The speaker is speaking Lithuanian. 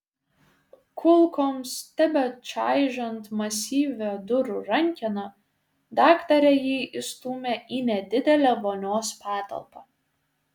kulkoms tebečaižant masyvią durų rankeną daktarė jį įstūmė į nedidelę vonios patalpą